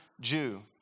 Jew